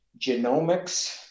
Genomics